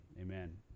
Amen